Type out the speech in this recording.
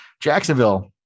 Jacksonville